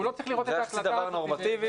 זה דבר נורמטיבי.